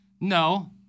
No